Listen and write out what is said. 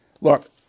Look